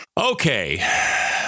Okay